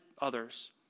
others